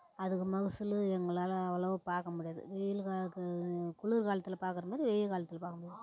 அதுக்கு மகசூல் எங்களால் அவ்வளோவா பார்க்க முடியாது வெயில் குளிர்காலத்தில் பார்க்குற மாதிரி வெய்யல் காலத்தில் பார்க்க முடியாது